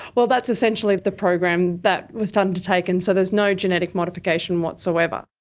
well, that's essentially the program that was undertaken. so there is no genetic modification whatsoever.